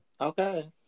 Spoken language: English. Okay